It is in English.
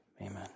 amen